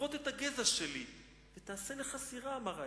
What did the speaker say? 'כרות את הגזע שלי ותעשה לך סירה', אמר העץ.